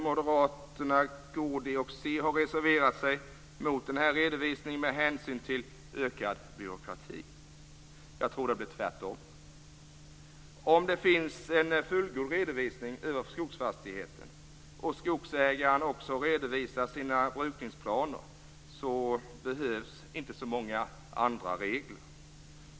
Moderaterna, Kristdemokraterna och Centern har reserverat sig mot denna redovisning med hänvisning till ökad byråkrati. Jag tror att det blir tvärtom. Om det finns en fullgod redovisning över skogsfastigheten och skogsägaren också redovisar sina brukningsplaner behövs inte så många andra regler.